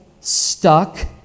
stuck